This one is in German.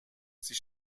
sie